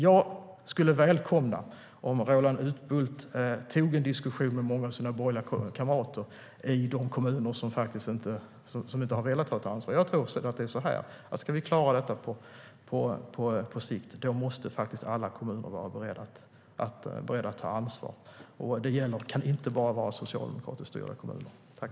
Jag skulle välkomna om Roland Utbult tog en diskussion med många av sina borgerliga kamrater i de kommuner som inte har velat ta ett ansvar. Jag tror att det är så här: Ska vi klara detta på sikt måste faktiskt alla kommuner vara beredda att ta ansvar. Det kan inte bara vara socialdemokratiskt styrda kommuner.